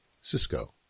Cisco